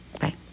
bye